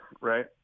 right